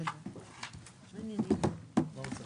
בשעה 13:20. הישיבה ננעלה